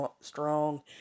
Strong